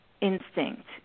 instinct